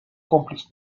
комплекс